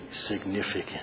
significant